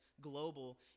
global